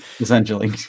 essentially